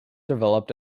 developed